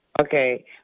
Okay